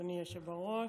אדוני היושב-ראש,